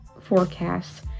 forecasts